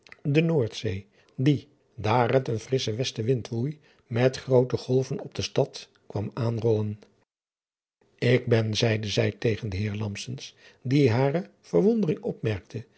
de oordzee die daar het een frissche westenwind woei met groote golven op de stad kwam aanrollen k ben zeide zij tegen den eer die hare verwondering opmerkte